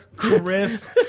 Chris